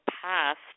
past